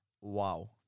Wow